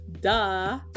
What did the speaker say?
duh